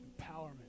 Empowerment